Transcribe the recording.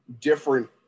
different